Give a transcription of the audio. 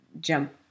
jump